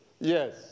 Yes